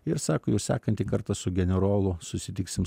ir sako jau sekantį kartą su generolu susitiksim